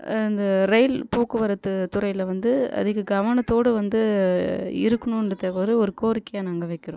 இந்த ரயில் போக்குவரத்து துறையில் வந்து அதிக கவனத்தோடு வந்து இருக்கணுன்றது ஒரு கோரிக்கையாக நாங்கள் வைக்கிறோம்